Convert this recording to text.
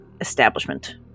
establishment